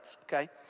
okay